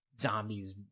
zombies